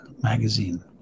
magazine